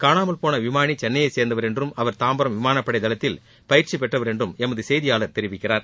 காணாமல் போன விமானி சென்னையைச் சேர்ந்தவர் என்றும் அவர் தாம்பரம் விமானப் படை தளத்தில் பயிற்சி பெற்றவர் என்றும் எமது செய்தியாளர் தெரிவிக்கிறார்